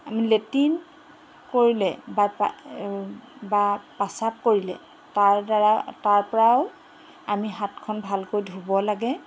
আমি লেট্ৰিন কৰিলে বা বা প্ৰস্ৰাৱ কৰিলে তাৰদ্বাৰা তাৰপৰাও আমি হাতখন ভালকৈ ধুব লাগে